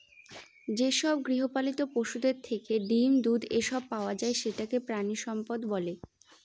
যেসব গৃহপালিত পশুদের থেকে ডিম, দুধ, এসব পাওয়া যায় সেটাকে প্রানীসম্পদ বলে